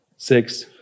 Six